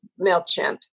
MailChimp